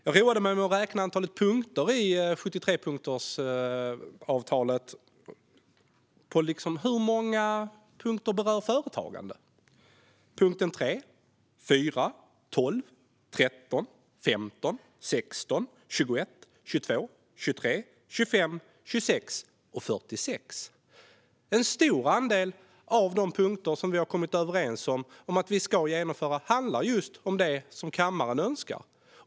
Jag roade mig med att räkna antalet punkter i 73-punktsavtalet som berör företagande. Det är punkterna 3, 4, 12, 13, 15, 16, 21, 22, 23, 25, 26 och 46. En stor andel av de punkter vi har kommit överens om att genomföra handlar om just det som kammaren önskar.